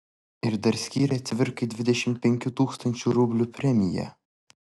ir dar skyrė cvirkai dvidešimt penkių tūkstančių rublių premiją